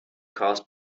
caused